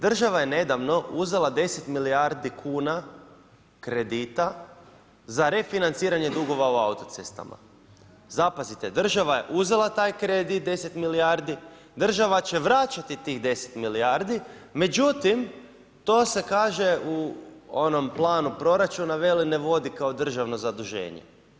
Država je nedavno uzela 10 milijardi kuna kredita za refinanciranje dugova u autocestama, zapazite, država je uzela taj kredit 10 milijardi, država će vraćati tih 10 milijardi, međutim to se kaže u onom planu proračuna vele ne vodi kao državna zaduženja.